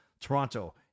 Toronto